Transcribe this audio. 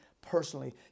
personally